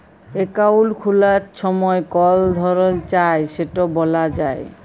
account খুলার ছময় call ধরল চায় সেট ব্যলা যায়